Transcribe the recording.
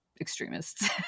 extremists